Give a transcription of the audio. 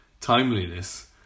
timeliness